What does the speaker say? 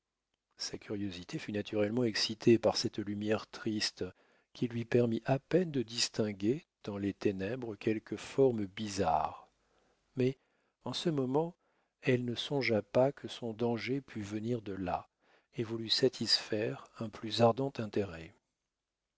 sa curiosité fut naturellement excitée par cette lumière triste qui lui permit à peine de distinguer dans les ténèbres quelques formes bizarres mais en ce moment elle ne songea pas que son danger pût venir de là et voulut satisfaire un plus ardent intérêt